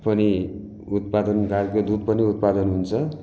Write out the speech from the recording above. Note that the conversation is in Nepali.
पनि उत्पादन गाईको दुध पनि उत्पादन हुन्छ